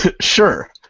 Sure